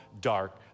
dark